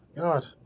god